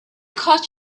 caught